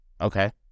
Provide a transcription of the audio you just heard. Okay